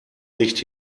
nicht